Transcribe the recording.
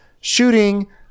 shooting